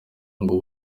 ubwo